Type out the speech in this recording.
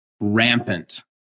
rampant